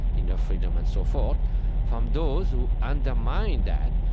inner freedom, and so forth from those who undermine that,